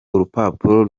urupapuro